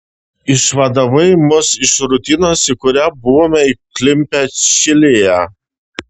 išvadavai mus iš rutinos į kurią buvome įklimpę čilėje